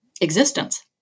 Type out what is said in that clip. existence